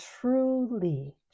truly